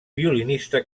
violinista